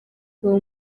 ngo